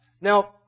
Now